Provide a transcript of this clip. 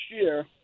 year